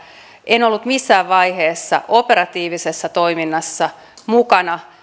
en ollut missään vaiheessa operatiivisessa toiminnassa mukana